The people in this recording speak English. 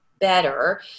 better